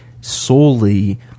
solely